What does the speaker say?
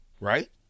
right